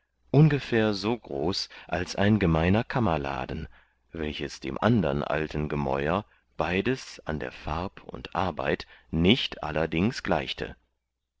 ungefähr so groß als ein gemeiner kammerladen welches dem andern alten gemäur beides an der farb und arbeit nicht allerdings gleichte